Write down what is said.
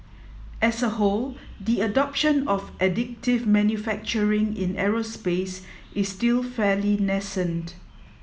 as a whole the adoption of additive manufacturing in aerospace is still fairly nascent